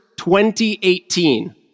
2018